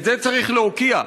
את זה צריך להוקיע.